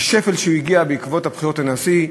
השפל שהוא הגיע אליו בעקבות הבחירות לנשיאות,